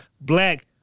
Black